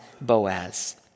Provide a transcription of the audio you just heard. Boaz